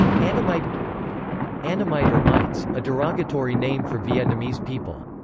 annamite annamite or mites, a derogatory name for vietnamese people.